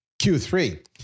Q3